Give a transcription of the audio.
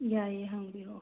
ꯌꯥꯏꯌꯦ ꯍꯪꯕꯤꯔꯛꯑꯣ